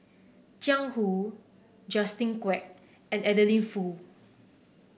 Jiang Hu Justin Quek and Adeline Foo